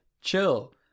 chill